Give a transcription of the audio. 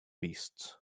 beasts